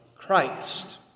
Christ